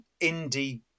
indie